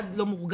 עד לא מורגש.